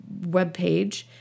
webpage